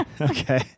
Okay